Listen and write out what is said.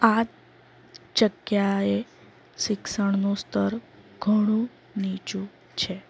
આ જગ્યાએ શિક્ષણનું સ્તર ઘણું નીચું છે